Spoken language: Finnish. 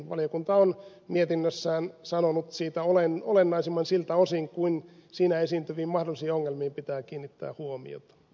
valiokunta on mietinnössään sanonut siitä olennaisimman siltä osin kuin siinä esiintyviin mahdollisiin ongelmiin pitää kiinnittää huomiota